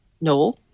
No